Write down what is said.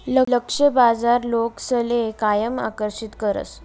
लक्ष्य बाजार लोकसले कायम आकर्षित करस